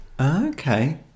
Okay